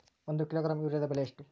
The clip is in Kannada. ಒಂದು ಕಿಲೋಗ್ರಾಂ ಯೂರಿಯಾದ ಬೆಲೆ ಎಷ್ಟು?